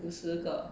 五十个